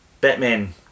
Batman